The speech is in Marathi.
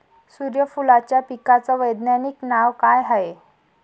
सुर्यफूलाच्या पिकाचं वैज्ञानिक नाव काय हाये?